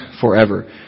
forever